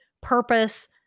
purpose